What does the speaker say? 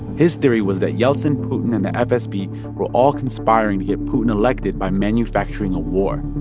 his theory was that yeltsin, putin and the fsb were all conspiring to get putin elected by manufacturing a war.